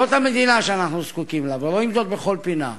זו המדינה שאנחנו זקוקים לה, ורואים זאת בכל פינה.